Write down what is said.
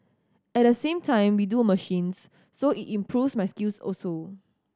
at the same time we do machines so it improves my skills also